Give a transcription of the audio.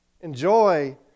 Enjoy